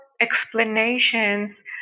explanations